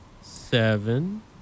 seven